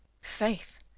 Faith